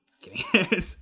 Kidding